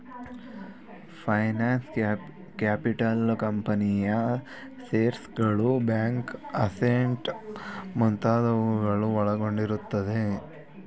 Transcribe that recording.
finance capital ಕಂಪನಿಯ ಶೇರ್ಸ್ಗಳು, bank assets ಮುಂತಾದವುಗಳು ಒಳಗೊಂಡಿರುತ್ತದೆ